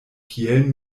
kiel